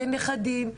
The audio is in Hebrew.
נכדים,